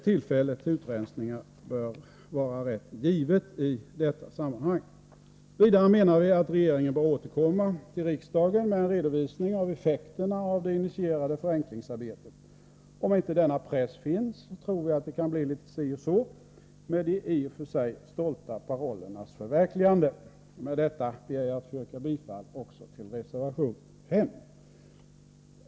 Tillfälle till utrensningar bör vara rätt givet i detta sammanhang. Vidare menar vi att regeringen bör återkomma till riksdagen med en redovisning av effekterna av det initierade förenklingsarbetet. Om inte denna press finns, tror vi att det kan bli litet si och så med de i och för sig stolta parollernas förverkligande. Med detta ber jag att få yrka bifall också till reservation 5.